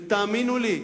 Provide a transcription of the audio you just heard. תאמינו לי,